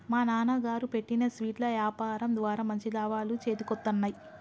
మా నాన్నగారు పెట్టిన స్వీట్ల యాపారం ద్వారా మంచి లాభాలు చేతికొత్తన్నయ్